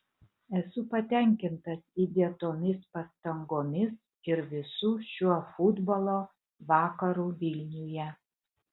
esu patenkintas įdėtomis pastangomis ir visu šiuo futbolo vakaru vilniuje